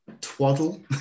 twaddle